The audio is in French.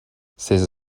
ces